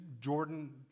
Jordan